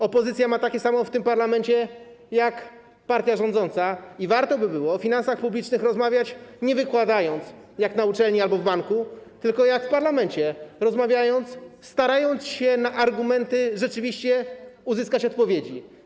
Opozycja ma takie samo prawo w tym parlamencie jak partia rządząca i warto by było o finansach publicznych rozmawiać, nie wykładając jak na uczelni albo w banku, tylko jak w parlamencie, dyskutując na argumenty, starając się rzeczywiście uzyskać odpowiedzi.